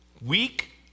Weak